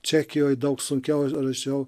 čekijoj daug sunkiau rašiau